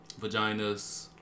vaginas